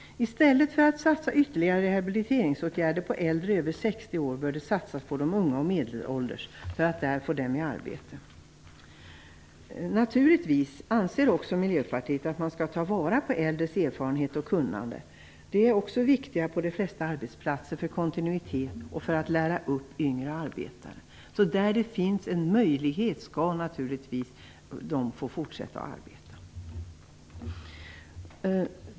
I stället för att ytterligare rehabiliteringsåtgärder satsas på äldre över 60 år bör de satsas på de unga och medelålders, för att få dem i arbete. Naturligtvis anser också Miljöpartiet att man skall ta vara på äldres erfarenhet och kunnande. De är också viktiga på de flesta arbetsplatser, för kontinuitet och för att lära upp yngre arbetare. Där det finns en möjlighet skall de naturligtvis få fortsätta att arbeta.